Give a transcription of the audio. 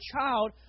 child